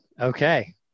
okay